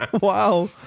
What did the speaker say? Wow